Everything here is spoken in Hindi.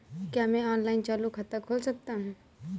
क्या मैं ऑनलाइन चालू खाता खोल सकता हूँ?